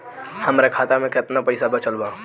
हमरा खाता मे केतना पईसा बचल बा?